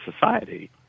society